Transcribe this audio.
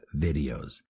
videos